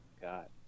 God